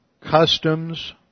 customs